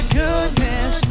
goodness